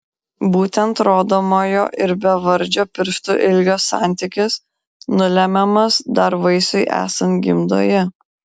būtent rodomojo ir bevardžio pirštų ilgio santykis nulemiamas dar vaisiui esant gimdoje